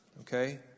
Okay